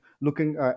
looking